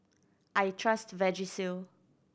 I trust Vagisil